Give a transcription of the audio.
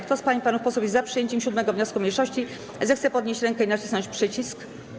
Kto z pań i panów posłów jest za przyjęciem 7. wniosku mniejszości, zechce podnieść rękę i nacisnąć przycisk.